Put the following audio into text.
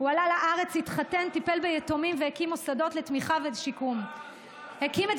ואני מבקשת לספר לכם סיפור אחד על